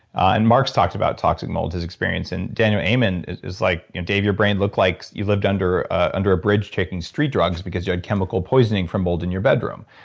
and mark's talked about toxic mold, his experience and daniel amen is like, dave, your brain looked like you lived under ah under a bridge taking street drugs because you had chemical poisoning from mold in your bedroom.